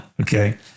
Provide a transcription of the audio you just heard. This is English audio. Okay